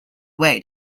way